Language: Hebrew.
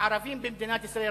הן שהערבים במדינת ישראל,